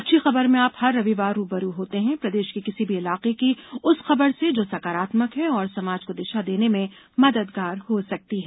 अच्छी खबर में आप हर रविवार रू ब रू होते हैं प्रदेश के किसी भी इलाके की उस खबर से जो सकारात्मक है और समाज को दिशा देने में मददगार हो सकती है